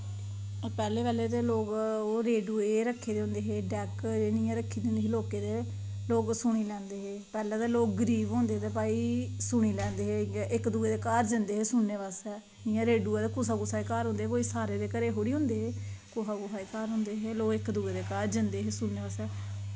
ओह् पैह्लें पैह्लें दो लोग ओह् रेडूऐ जेह् रक्खे दे होंदे हे डैक्क जनेही रक्खी दी होंदी ही लोकें दे ते लोग सुनी लैंदे हे पैह्लें ते लोग गरीब होंदे हे ते भई सुनी लैंदे हे ते इक्क दूऐ दे घर जंदे हे सुनने बास्तै इंया रेडूआ कुसै कुसै दे घर होंदा हा सारें दे घर थोह्ड़े होंदा हा कुसै कुसै दे घर होंदे हे लोक इक्क दूऐ दे घर जंदे हे सुनने बास्तै